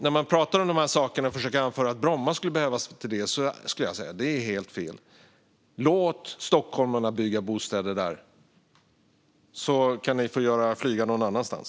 När man talar om de här sakerna och försöker att anföra att Bromma skulle behövas till det är det helt fel. Låt stockholmarna bygga bostäder där, och så kan ni flyga någon annanstans.